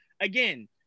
again